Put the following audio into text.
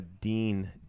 Dean